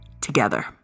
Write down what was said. together